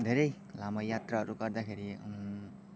धेरै लामो यात्राहरू गर्दाखेरि